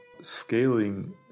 scaling